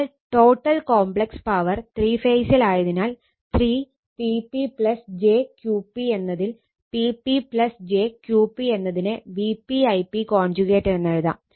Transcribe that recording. അതിനാൽ total complex power three ഫേസിലായതിനാൽ 3 എന്നുമാകും